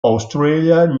australia